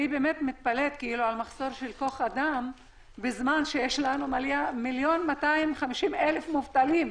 אני מתפלאת על מחסור בכוח אדם בזמן שיש לנו 1,250,000 מובטלים.